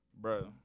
Bro